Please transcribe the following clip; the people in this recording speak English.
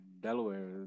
Delaware